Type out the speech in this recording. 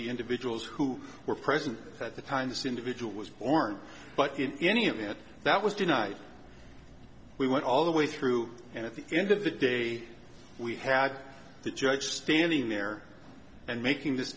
the individuals who were present at the time this individual was born but in any of it that was denied we went all the way through and at the end of the day we had the judge standing there and making this